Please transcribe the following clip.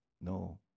No